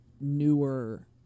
newer